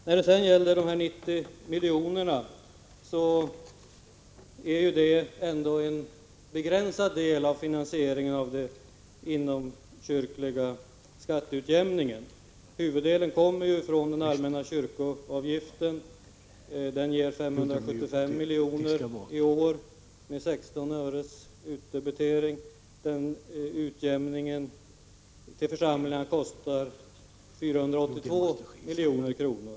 När det gäller de 90 miljonerna vill jag säga att det anslaget ändå är en begränsad del av finansieringen av den inomkyrkliga skatteutjämningen. Huvuddelen kommer ju från den allmänna kyrkoavgiften. Den ger 575 milj. milj.kr. De 90 miljonerna kan ju inte ha den avgörande betydelse som centern här vill ge sken av.